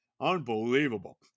Unbelievable